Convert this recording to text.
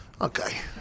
Okay